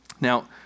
Now